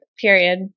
period